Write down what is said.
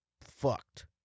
fucked